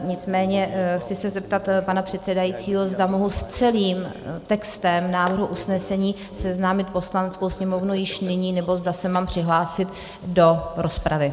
Nicméně chci se zeptat pana předsedajícího, zda mohu s celým textem návrhu usnesení seznámit Poslaneckou sněmovnu již nyní, nebo zda se mám přihlásit do rozpravy.